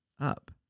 up